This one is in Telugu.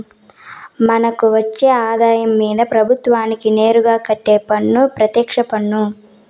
మనకు వచ్చే ఆదాయం మీద ప్రభుత్వానికి నేరుగా కట్టే పన్ను పెత్యక్ష పన్ను